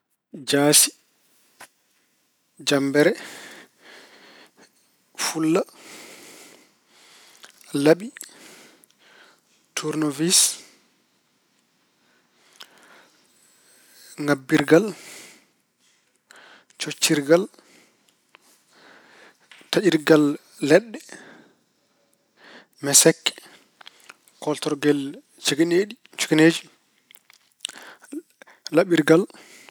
Jaasi, jammbere, fulla, laɓi, tuurnawis, ŋabbirgal, coktirgal, taƴirgal leɗɗe, mesekke, koortorgel ceegeneeɗi- cegeneeji, laɓirgal